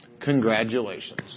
Congratulations